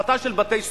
הפרטה של בתי-סוהר.